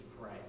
pray